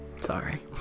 Sorry